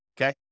okay